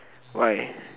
why